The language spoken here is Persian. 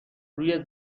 روی